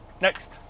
Next